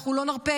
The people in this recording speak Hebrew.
אנחנו לא נרפה,